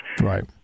Right